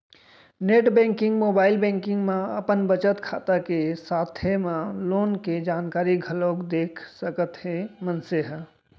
net banking, mobile banking म अपन बचत खाता के साथे म लोन के जानकारी घलोक देख सकत हे मनसे ह